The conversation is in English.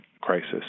crisis